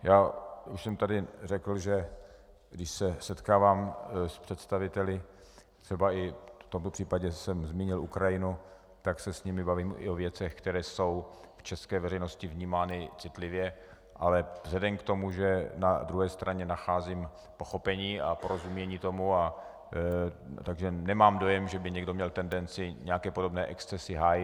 Já už jsem tady řekl, že když se setkávám s představiteli, v tomto případě jsem zmínil Ukrajinu, tak se s nimi bavím i o věcech, které jsou v české veřejnosti vnímány citlivě, ale vzhledem k tomu, že na druhé straně nacházím pochopení a porozumění tomu, nemám dojem, že by někdo měl tendenci nějaké podobné excesy hájit.